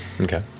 Okay